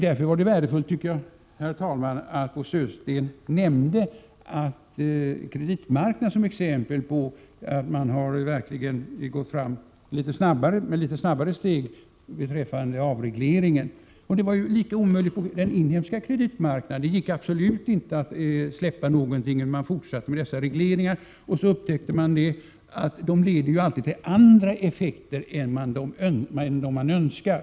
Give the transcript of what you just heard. Därför var det värdefullt, herr talman, att Bo Södersten nämnde kreditmarknaden som exempel på att man verkligen har gått fram med litet snabbare steg beträffande avregleringen. Det var ju lika omöjligt på den inhemska kreditmarknaden. Det gick absolut inte att släppa någonting. Man fortsatte med regleringar. Så upptäckte socialdemokraterna att det leder till andra effekter än dem som de önskade.